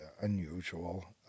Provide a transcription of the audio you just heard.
unusual